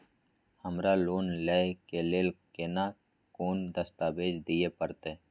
हमरा लोन लय के लेल केना कोन दस्तावेज दिए परतै?